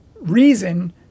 reason